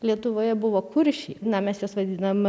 lietuvoje buvo kuršiai na mes juos vadinam